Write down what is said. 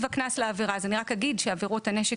הקנס לעבירה: אז רק אגיד שעבירות הנשק,